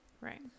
Right